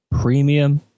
premium